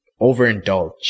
overindulge